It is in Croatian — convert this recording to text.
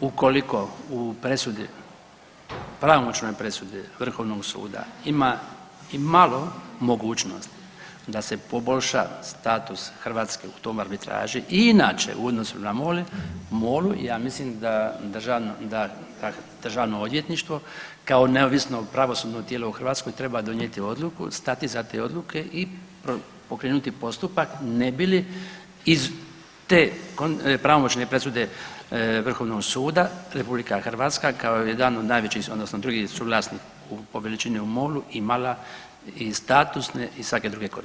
ukoliko u presudi, pravomoćnoj presudi Vrhovnog suda ima imalo mogućnost da se poboljša status Hrvatske u tom arbitraži i inače u odnosu na MOL, MOL-u ja mislim da državno, da državno odvjetništvo kao neovisno pravosudno tijelu u Hrvatskoj treba donijeti odluku, stati iza te odluke i pokrenuti postupak ne bi li iz te pravomoćne presude Vrhovnog suda RH kao jedan od najvećih odnosno drugi suvlasnik po veličini u MOL-u imala i statusne i svake druge koristi.